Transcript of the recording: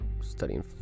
studying